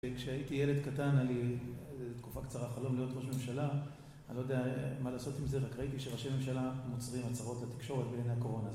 כשהייתי ילד קטן, היה לי תקופה קצרה חלום להיות ראש ממשלה. אני לא יודע מה לעשות עם זה, רק ראיתי שראשי ממשלה מוסרים הצהרות לתקשורת בעיני הקורונה הזאת.